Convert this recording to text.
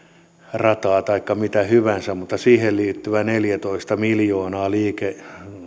rata taikka mitä hyvänsä mutta siihen liittyvä neljätoista miljoonaa